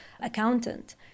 accountant